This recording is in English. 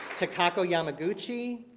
takako yamaguchi,